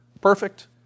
perfect